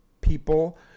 people